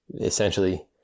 Essentially